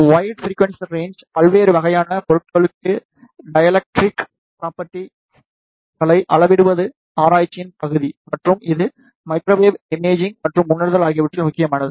wait frequency range பல்வேறு வகையான பொருட்களுக்கான டை எலக்ட்ரிக் ப்ராப்பர்டிஸ்களை அளவிடுவது ஆராய்ச்சியின் பகுதி மற்றும் இது மைக்ரோவேவ் இமேஜிங் மற்றும் உணர்தல் ஆகியவற்றில் முக்கியமானது